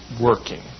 working